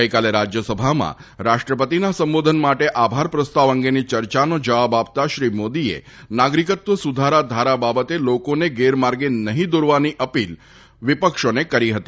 ગઈકાલે રાજ્યસભામાં રાષ્ટ્રપતિના સંબોધન માટે આભાર પ્રસ્તાવ અંગેની ચર્ચાનો જવાબ આપતા શ્રી મોદીએ નાગરિકત્વ સુધારા બાબતે લોકોને ગેરમાર્ગે નહીં દોરવાની અપીલ વિપક્ષોને કરી હતી